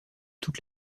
toute